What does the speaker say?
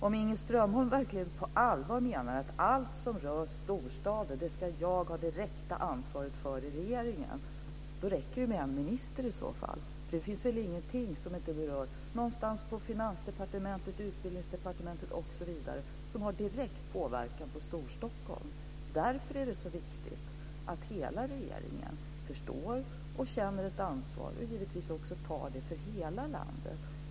Om Inger Strömbom verkligen på allvar menar att jag ska ha det direkta ansvaret i regeringen för allt som rör storstaden, räcker det ju med en enda minister. Det finns väl ingenting som inte någonstans på Finansdepartementet, på Utbildningsdepartementet osv. har direkt inverkan på Storstockholm. Därför är det viktigt att hela regeringen förstår och känner ett ansvar, givetvis också för hela landet.